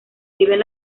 viven